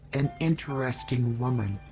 an interesting woman.